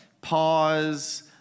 pause